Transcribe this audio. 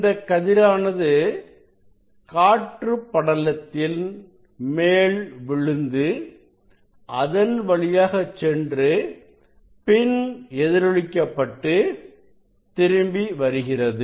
இந்த கதிரானது காற்று படலத்தில் மேல் விழுந்து அதன் வழியாகச் சென்று பின் எதிரொலிக்கப்பட்டு திரும்பி வருகிறது